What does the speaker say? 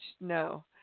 No